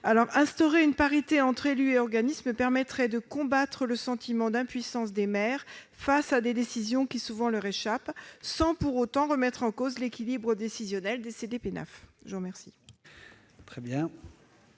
Créer une parité entre élus et organismes permettrait de combattre le sentiment d'impuissance des maires face à des décisions qui leur échappent, sans pour autant remettre en cause l'équilibre décisionnel des CDPENAF. Quel